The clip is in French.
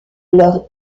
leur